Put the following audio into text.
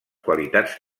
qualitats